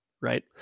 Right